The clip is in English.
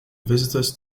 visitors